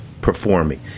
performing